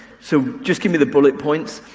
so just give me the bullet points.